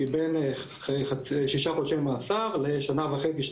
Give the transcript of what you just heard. היא בין שישה חודשי מאסר לשנה וחצי,